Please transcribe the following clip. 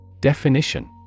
Definition